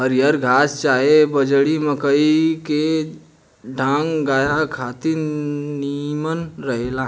हरिहर घास चाहे बजड़ी, मकई के डांठ गाया खातिर निमन रहेला